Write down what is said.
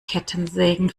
kettensägen